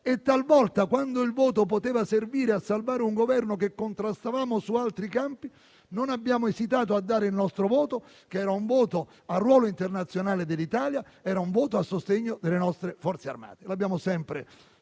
e talvolta, quando il voto poteva servire a salvare un Governo che contrastavamo su altri campi, non abbiamo esitato a dare il nostro voto, che era un voto al ruolo internazionale dell'Italia e a sostegno delle nostre Forze armate. Lo abbiamo sempre